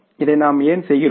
இதை நாம் ஏன் செய்கிறோம்